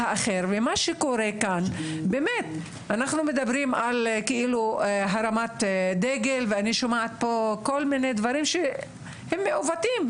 אנחנו מדברים על הנפת דגל ואני שומעת פה כל מיני דברים שהם מעוותים,